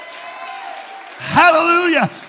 Hallelujah